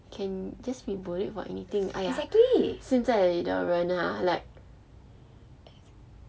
can just be bullied for anything !aiya! 现在的人 ha like